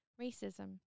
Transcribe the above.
racism